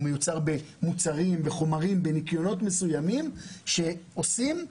הוא מיוצר במוצרים וחומרים בניקיונות מסוימים שעל